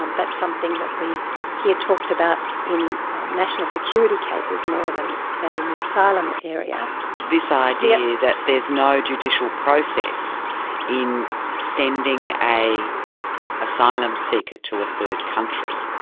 um that's something that we hear talked about in national security cases more than than in the asylum area. this idea that there's no judicial process in sending an asylum seeker to a third country.